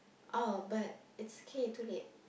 oh but it's okay too late